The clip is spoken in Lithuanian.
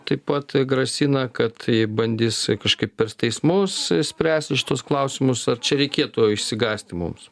taip pat grasina kad bandys kažkaip per teismus spręsti šituos klausimus ar čia reikėtų išsigąsti mums